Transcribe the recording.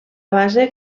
base